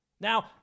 Now